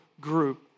group